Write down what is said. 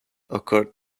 occurred